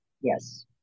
Yes